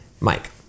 Mike